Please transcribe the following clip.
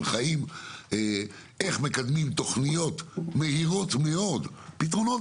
איך מקדמים תוכניות מהירות מאוד, פתרונות